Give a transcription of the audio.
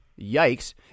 Yikes